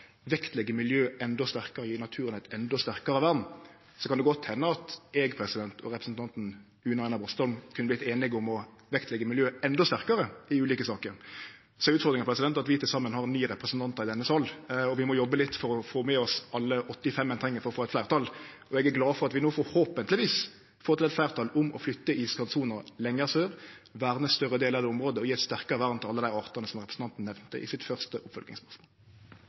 miljø endå sterkare og gje naturen eit endå sterkare vern, kan det godt hende at eg og representanten Une Aina Bastholm kunne ha blitt einige om å vektleggje miljøet endå sterkare i ulike saker. Så er utfordringa at vi til saman har ni representantar i denne salen, og vi må jobbe litt for å få med oss alle 85 ein treng for å få eit fleirtal. Eg er glad for at vi no – forhåpentlegvis – får til eit fleirtal om å flytte iskantsona lenger sør, verne ein større del av det området og gje eit sterkare vern til alle dei artane som representanten nemnde i det første